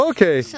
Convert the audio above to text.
Okay